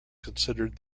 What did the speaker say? considered